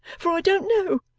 for i don't know.